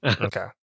okay